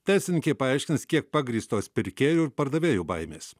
teisininkė paaiškins kiek pagrįstos pirkėjų ir pardavėjų baimės